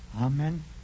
Amen